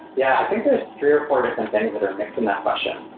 yeah. i think there's three or four different things that are mixed in that question.